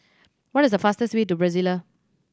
what is the fastest way to Brasilia